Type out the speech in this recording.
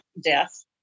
death